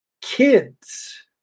kids